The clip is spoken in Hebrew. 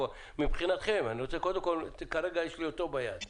כרגע יש לי את הטיוטה ביד.